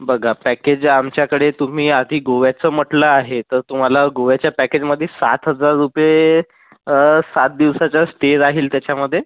बघा पॅकेज आमच्याकडे तुम्ही आधी गोव्याचं म्हटलं आहे तर तुम्हाला गोव्याच्या पॅकेजमध्ये सात हजार रुपये सात दिवसाचा स्टे राहील त्याच्यामध्ये